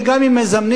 וגם אם מזמנים,